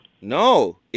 No